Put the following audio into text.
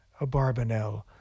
Abarbanel